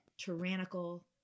tyrannical